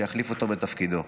שיחליף אותו בתפקידו.